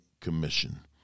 commission